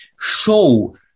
show